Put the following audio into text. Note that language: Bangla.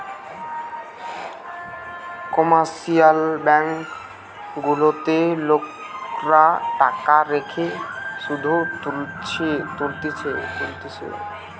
কমার্শিয়াল ব্যাঙ্ক গুলাতে লোকরা টাকা রেখে শুধ তুলতিছে